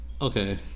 okay